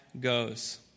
goes